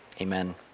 amen